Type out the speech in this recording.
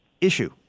issue